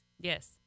Yes